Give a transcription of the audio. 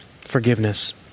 Forgiveness